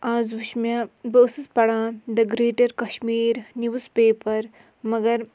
آز وٕچھ مےٚ بہٕ ٲسٕس پران دَ گرٛیٹر کشمیٖر نِوٕز پیپر مگر